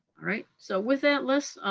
all right, so with that, les,